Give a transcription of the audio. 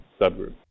subgroup